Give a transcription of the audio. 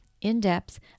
in-depth